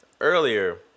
earlier